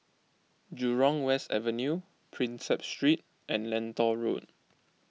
Jurong West Avenue Prinsep Street and Lentor Road